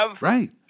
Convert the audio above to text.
Right